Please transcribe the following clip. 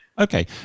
Okay